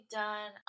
done